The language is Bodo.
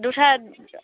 दस्रा